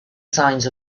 signs